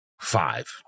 five